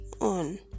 on